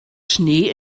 schnee